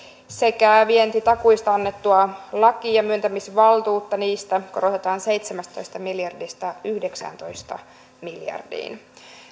ja vientitakuista annettua lakia myöntämisvaltuutta niistä korotetaan seitsemästätoista miljardista yhdeksääntoista miljardiin